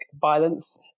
Violence